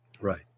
Right